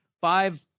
five